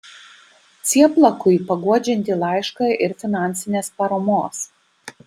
cieplakui paguodžiantį laišką ir finansinės paramos